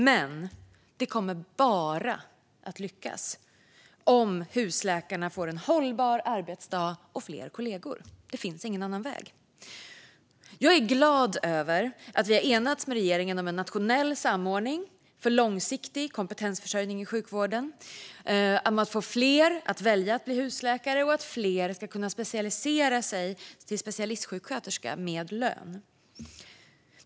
Men det kommer bara att lyckas om husläkarna får en hållbar arbetsdag och fler kollegor. Det finns ingen annan väg. Jag är glad över att vi har enats med regeringen om en nationell samordning för att få långsiktig kompetensförsörjning inom sjukvården, få fler att välja att bli husläkare och få fler att med lön kunna specialisera sig och bli specialistsjuksköterska.